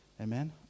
Amen